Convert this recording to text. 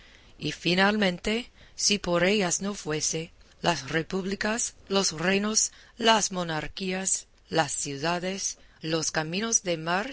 y finalmente si por ellas no fuese las repúblicas los reinos las monarquías las ciudades los caminos de mar